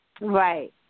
Right